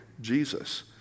Jesus